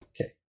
Okay